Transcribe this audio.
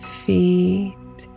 feet